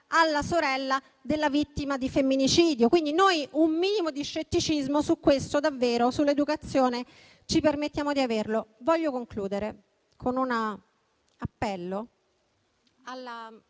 alla sorella della vittima di femminicidio. Quindi noi un minimo di scetticismo, su questo e sull'educazione, ci permettiamo di averlo. Voglio concludere con un appello alla